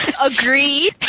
Agreed